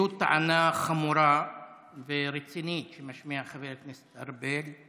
זו טענה חמורה ורצינית שמשמיע חבר הכנסת ארבל,